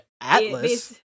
Atlas